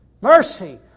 Mercy